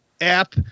app